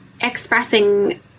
expressing